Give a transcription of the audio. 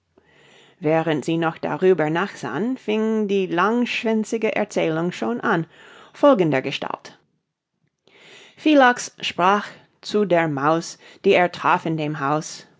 während sie noch darüber nachsann fing die langschwänzige erzählung schon an folgendergestalt filax sprach zu der maus die er traf in dem haus